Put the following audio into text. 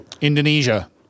Indonesia